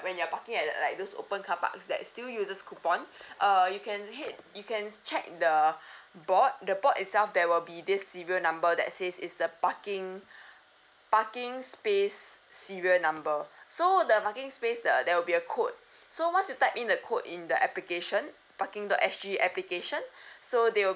when you're parking at like those open carparks that still uses coupon uh you can head you can check the board the board itself there will be this serial number that says is the parking parking space serial number so the parking space the there will be a code so once you type in the code in the application parking dot S_G application so they will